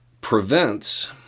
prevents